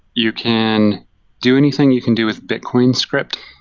you can do anything you can do with bitcoin script,